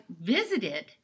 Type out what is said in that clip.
visited